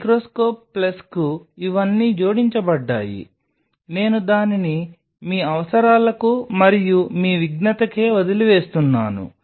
microscope plus కు ఇవన్నీ జోడించబడ్డాయి నేను దానిని మీ అవసరాలకు మరియు మీ విజ్ఞతకే వదిలివేస్తాను